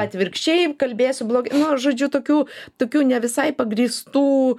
atvirkščiai kalbėsiu blogai nu žodžiu tokių tokių ne visai pagrįstų